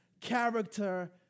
character